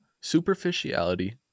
Superficiality